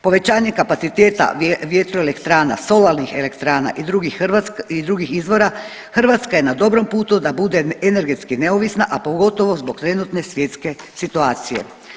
Povećanje kapaciteta vjetroelektrana, solarnih elektrana i drugih izvora Hrvatska je na dobrom putu da bude energetski neovisna, a pogotovo zbog trenutne svjetske situacije.